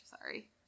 Sorry